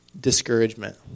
discouragement